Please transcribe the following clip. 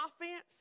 offense